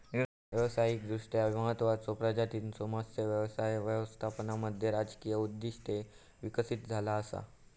व्यावसायिकदृष्ट्या महत्त्वाचचो प्रजातींच्यो मत्स्य व्यवसाय व्यवस्थापनामध्ये राजकीय उद्दिष्टे विकसित झाला असा